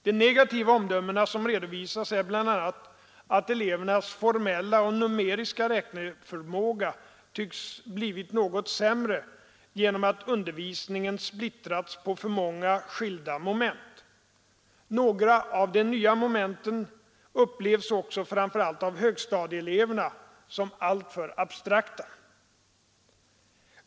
De negativa omdömen som redovisats är bl.a. att elevernas formella och numeriska räkneförmåga tycks blivit något sämre genom att undervisningen splittrats på för många skilda moment. Några av de nya momenten upplevs också — framför allt av högstadieeleverna — som alltför abstrakta.